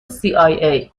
cia